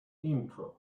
intro